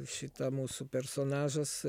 šita mūsų personažas